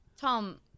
Tom